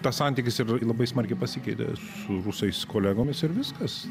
tas santykis ir labai smarkiai pasikeitė su rusais kolegomis ir viskas